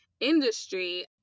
industry